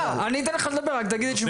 אולי אם תקשיבו לי, חברי הכנסת הנכבדים תשמעו.